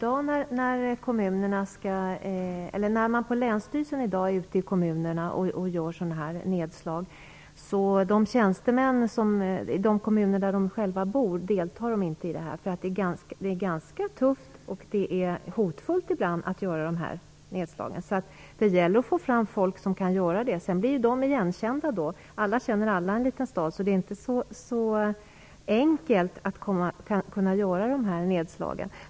Fru talman! När länsstyrelsen i dag gör sådana här nedslag i kommunerna deltar tjänstemän i samma kommun inte i det arbetet. Det är ganska tufft och ibland också hotfullt att göra sådana här nedslag. Det gäller alltså att få fram folk som kan göra det. Sedan blir ju de igenkända - alla känner alla i en liten stad. Således är det inte helt enkelt att göra dessa nedslag.